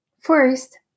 First